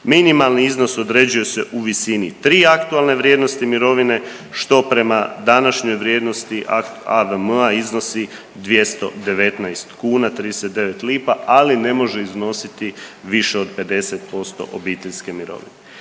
Minimalni iznos određuje se u visini tri aktualne vrijednosti mirovine što prema današnjoj vrijednosti AVM-a iznosi 219 kuna 39 lipa, ali ne može iznositi više od 50% obiteljske mirovine.